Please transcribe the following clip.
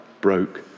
broke